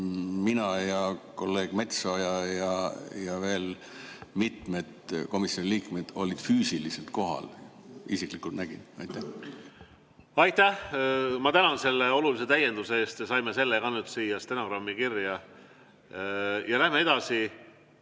mina ja kolleeg Metsoja ja veel mitmed komisjoniliikmed olid füüsiliselt kohal. Isiklikult nägin. Aitäh! Ma tänan selle olulise täienduse eest, saime selle ka nüüd siia stenogrammi kirja. Läheme edasi.